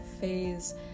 phase